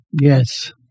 Yes